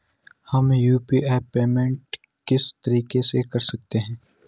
हम UPI payment किस तरीके से कर सकते हैं?